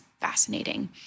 fascinating